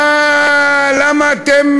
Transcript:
למה אתם